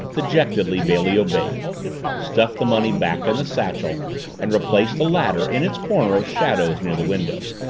dejectedly, bailey obeyed stuffed the money back in the satchel and replaced the latter in its corner of shadows near the window.